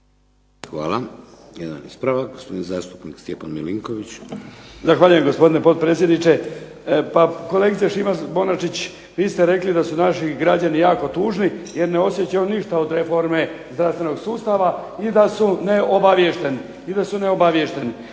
Hvala. Jedan ispravak. Gospodin zastupnik Stjepan Milinković. **Milinković, Stjepan (HDZ)** Zahvaljujem gospodine potpredsjedniče. Pa kolegice Šimac Bonačić vi ste rekli da su naši građani jako tužni, jer ne osjećaju ništa od reforme zdravstvenog sustava i da su neobaviješteni.